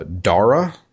Dara